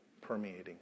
permeating